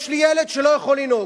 יש לי ילד שלא יכול לנהוג.